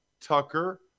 Tucker